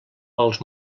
els